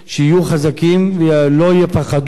שיהיו חזקים ולא יפחדו,